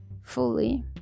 fully